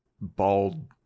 bald